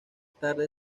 tarde